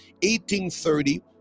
18:30